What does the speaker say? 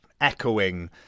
echoing